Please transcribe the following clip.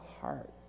heart